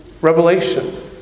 Revelation